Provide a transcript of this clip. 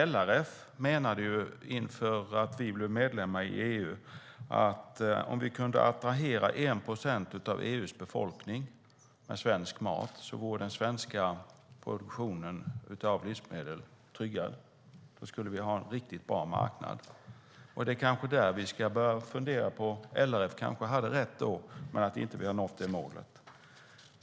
LRF menade inför att vi blev medlemmar i EU att om vi kunde attrahera 1 procent av EU:s befolkning med svensk mat vore den svenska produktionen av livsmedel tryggad. Då skulle vi ha en riktigt bra marknad. Vi kanske ska fundera på om LRF hade rätt men att vi inte har nått målet.